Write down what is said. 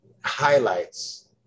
highlights